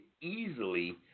easily